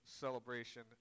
celebration